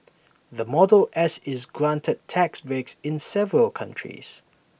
the model S is granted tax breaks in several countries